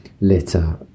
litter